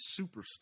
superstar